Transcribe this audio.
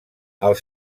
els